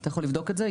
אתה יכול לבדוק את זה,